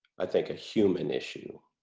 i think a human issue